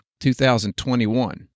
2021